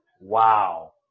Wow